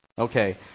Okay